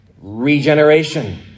regeneration